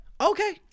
Okay